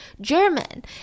German